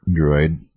droid